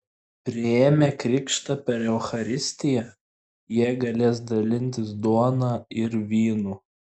priėmę krikštą per eucharistiją jie galės dalintis duona ir vynu